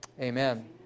amen